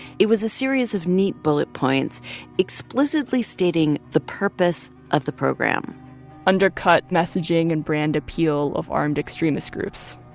it was a series of neat bullet points explicitly stating the purpose of the program undercut messaging and brand appeal of armed extremist groups.